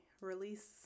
release